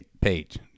page